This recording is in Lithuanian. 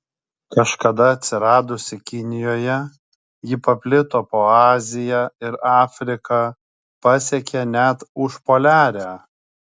kažkada atsiradusi kinijoje ji paplito po aziją ir afriką pasiekė net užpoliarę